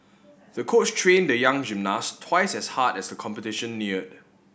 the coach trained the young gymnast twice as hard as the competition neared